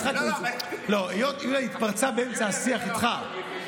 יוליה התפרצה באמצע השיח איתך.